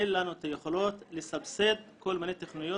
אין לנו את היכולות לסבסד כל מיני תוכניות